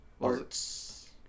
Arts